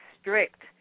strict